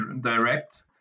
direct